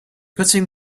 putting